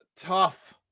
tough